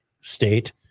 state